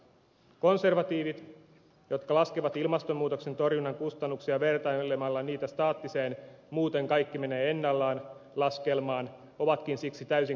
konservatiivit jotka laskevat ilmastonmuutoksen torjunnan kustannuksia vertailemalla niitä staattiseen muuten kaikki menee ennallaan laskelmaan ovatkin siksi täysin kuutamolla